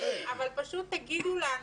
אבל פשוט תגידו לנו,